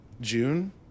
June